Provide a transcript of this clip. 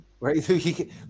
right